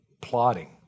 plotting